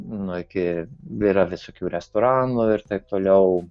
nu iki yra visokių restoranų ir taip toliau